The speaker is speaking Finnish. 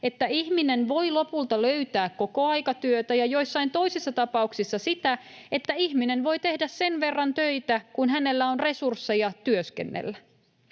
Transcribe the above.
että ihminen voi lopulta löytää kokoaikatyötä, ja joissain toisissa tapauksissa sitä, että ihminen voi tehdä sen verran töitä kuin hänellä on resursseja työskennellä.